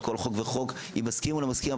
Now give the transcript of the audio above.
על כל חוק וחוק אם נסכים או לא נסכים,